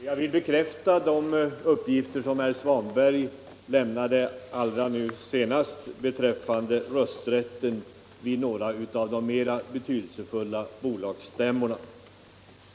Herr talman! Jag vill bekräfta vad herr Svanberg sade nu senast beträffande rösträtten vid några av de mer betydelsefulla bolagsstämmorna.